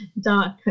Dark